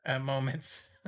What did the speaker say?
moments